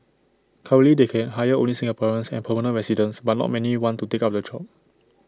currently they can hire only Singaporeans and permanent residents but not many want to take up the job